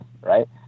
right